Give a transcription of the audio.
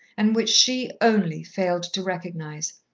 and which she, only, failed to recognize.